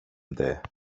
det